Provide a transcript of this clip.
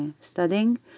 studying